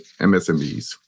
MSMEs